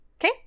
Okay